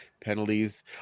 penalties